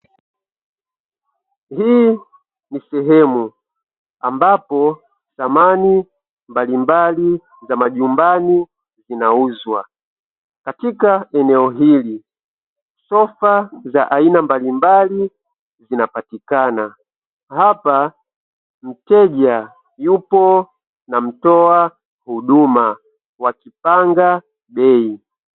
Hii ni sehemu ambapo samani mbalimbali za majumbani, zinauzwa katika eneo hili, sofa za aina mbalimbali zinapatikana. Hapa mteja yupo na mtoa huduma wakipanga bei.